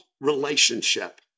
relationship